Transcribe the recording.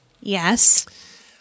Yes